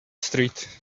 street